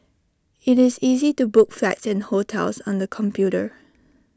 IT is easy to book flights and hotels on the computer